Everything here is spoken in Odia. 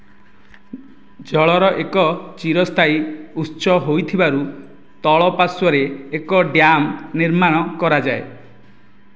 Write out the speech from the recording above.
ଜଳର ଏକ ଚିରସ୍ଥାୟୀ ଉତ୍ସ ହୋଇଥିବାରୁ ତଳ ପାର୍ଶ୍ୱରେ ଏକ ଡ୍ୟାମ ନିର୍ମାଣ କରାଯାଏ